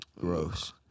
gross